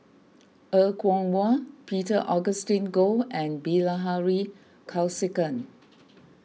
Er Kwong Wah Peter Augustine Goh and Bilahari Kausikan